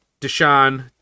Deshaun